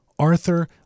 Arthur